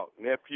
Nephew